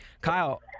Kyle